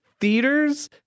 theaters